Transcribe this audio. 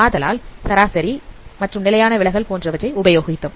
ஆதலால் சராசரி நிலையான விலகல் போன்றவற்றை உபயோகித்தோம்